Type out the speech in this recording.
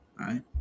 Right